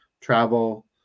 travel